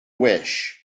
wish